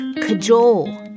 cajole